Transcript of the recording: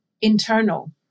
internal